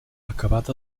acabat